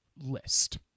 list